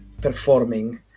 performing